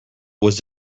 was